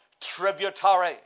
tributary